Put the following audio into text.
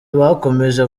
bakomeje